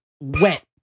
wet